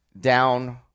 down